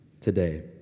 today